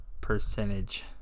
percentage